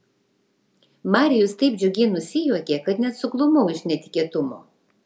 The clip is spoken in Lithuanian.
marijus taip džiugiai nusijuokė kad net suglumau iš netikėtumo